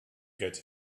get